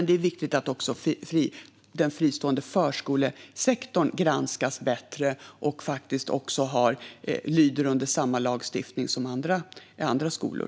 Det är viktigt att även den fristående förskolesektorn granskas bättre och att den lyder under samma lagstiftning som andra skolor.